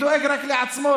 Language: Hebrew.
ביבי דואג רק לעצמו.